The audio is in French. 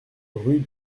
rue